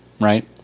Right